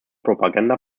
propaganda